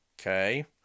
Okay